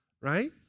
Right